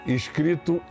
escrito